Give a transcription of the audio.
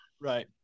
right